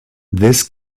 this